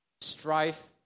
strife